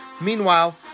Meanwhile